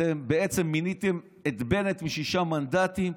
אתם בעצם מיניתם את בנט משישה מנדטים,